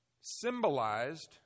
symbolized